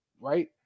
right